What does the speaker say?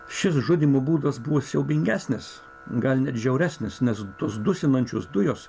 šis žudymo būdas buvo siaubingesnis gal net žiauresnis nes tos dusinančios dujos